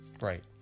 Right